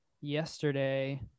yesterday